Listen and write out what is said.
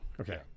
Okay